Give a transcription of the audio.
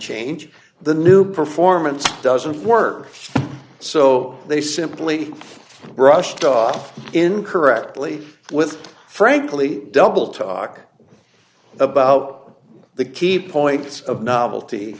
change the new performance doesn't work so they simply brushed off incorrectly with frankly doubletalk about the key points of novelty